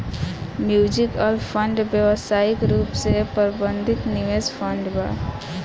mutual fund व्यावसायिक रूप से प्रबंधित निवेश फंड ह